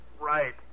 Right